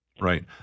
right